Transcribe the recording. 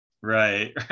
Right